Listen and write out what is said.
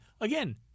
again